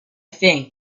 think